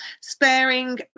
sparing